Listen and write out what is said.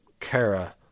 Kara